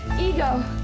Ego